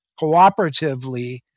cooperatively